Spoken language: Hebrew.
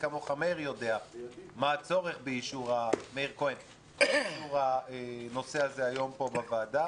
מי כמוך יודע מה הצורך באישור הנושא הזה היום כאן בוועדה.